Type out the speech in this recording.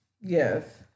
yes